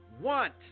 want